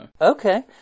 Okay